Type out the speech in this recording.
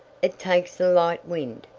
it takes a light wind,